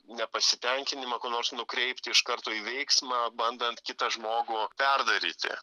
nepasitenkinimą kuo nors nukreipti iš karto į veiksmą bandant kitą žmogų perdaryti